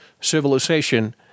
civilization